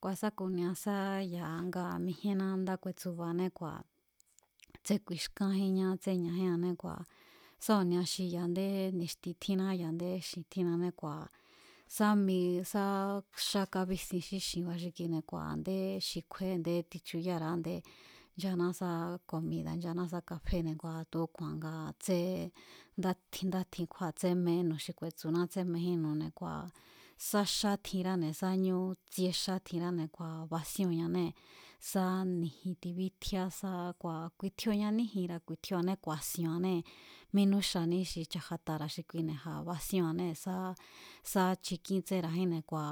Kua̱ sa ku̱nia sa ya̱a nga mijíenna ndá ku̱e̱tsu̱ba̱ane kua̱ tsén ku̱i̱xkánjínñá tsén ña̱jíannée̱ ngua sá ku̱nia ya̱a a̱ndé ni̱xti tjínna ya̱a a̱ndé xi̱n tjínnané kua̱ sá mi sá xá kábísin xí xinba̱ xi kine̱ ngua̱ ndé xi kju̱e̱é a̱nde tichuyára̱á ndé nchaná sá komida̱ nchaná sá kaféne̱ tu̱úku̱a̱n nga tsé, nda tjin kjúáa̱ tsémejínnu̱ xi ku̱e̱tsu̱ná tsémejínnu̱ne̱ kua̱ sa xá tjinráne̱ sá ñú tsie xá tjinráne̱ kua̱ basíóo̱nñanée̱, sá ni̱ji̱n tibítjíá sa ku̱a̱ ku̱i̱tjioo̱ña níji̱nra̱ ku̱i̱tjioo̱ané ku̱a̱si̱o̱année̱ mínú xaní xi chajatara̱ xi kuine̱ ja̱ basíóo̱ñanée̱ sá chikín tséra̱jínne̱ kua̱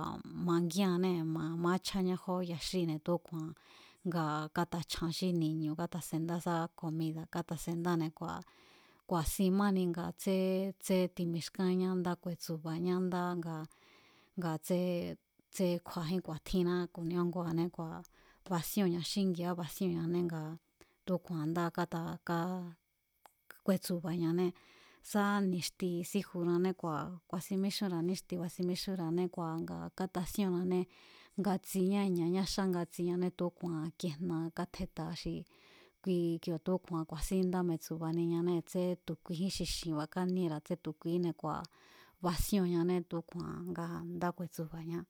mangíannee̱ maáchjáñá jó yaxíne̱ tu̱úku̱a̱an ngaa̱ kátachjan xí ni̱ñu̱ kátasendá sá comida̱ kátasendáne̱ kua̱, ku̱a̱sin máni nga tsé tsé timixkájínñá ndá ku̱e̱tsu̱ba̱ñá ndá nga nga tsé, tsé kju̱a̱jín ku̱a̱tjínná ku̱nia újnguanée̱ kua̱ basíóo̱nña xíngi̱a̱á basíóo̱ñane nga tu̱úku̱a̱n ndá káá, ku̱e̱tsu̱ba̱ñanee̱, sá níxti síjunané kua̱ ku̱a̱sin míxúnra̱a níxti ku̱a̱sin míxunra̱ané kua̱ nga katasíóo̱nane, ngatsiñá ña̱a xa ngatsiñanée̱ tu̱úku̱a̱n kijna kátjeta xi kui ikioo̱ tu̱úku̱a̱n ku̱a̱sín ndá metsu̱ba̱niñanée̱ tsen tu̱ kuijín xi xi̱nba̱ káníera̱ tsén tu kuijínne̱ kua̱ basíóo̱nñanée̱ tu̱úku̱a̱n nga ndá ku̱e̱tsu̱ba̱ñá.